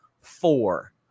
four